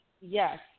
yes